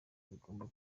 bigomba